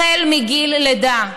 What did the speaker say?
החל מגיל לידה.